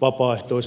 vapaaehtoisen asepalveluksen